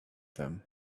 them